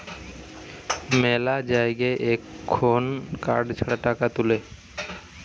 মেলা জায়গায় এখুন কার্ড ছাড়া টাকা তুলে